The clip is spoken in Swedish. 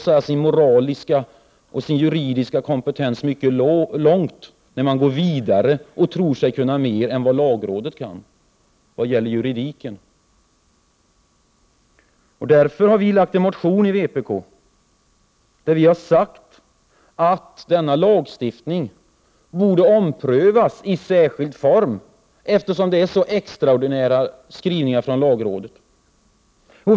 Moraliskt och juridiskt går man mycket långt när man bara fortsätter och tror sig kunna mer än lagrådet. | Därför har vi i vpk väckt en motion, där vi säger att lagstiftningen på detta område borde omprövas i särskild form — med tanke på de extraordinära | skrivningarna från lagrådet.